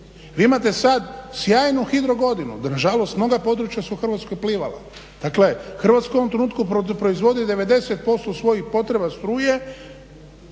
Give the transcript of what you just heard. Vi imate sad sjajnu hidrogodinu, nažalost mnoga područja su u Hrvatskoj plivala. Dakle, Hrvatska u ovom trenutku proizvodi 90% svojih potreba struje